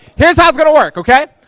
here's how it's gonna work, okay?